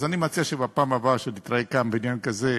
אז אני מציע שבפעם הבאה שנתראה כאן בעניין כזה,